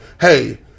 hey